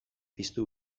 piztu